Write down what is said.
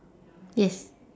yes